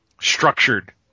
structured